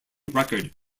record